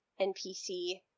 NPC